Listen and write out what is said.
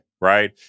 Right